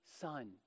son